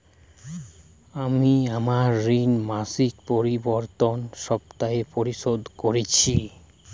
আমি আমার ঋণ মাসিকের পরিবর্তে সাপ্তাহিক পরিশোধ করছি